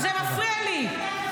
זה מפריע לי.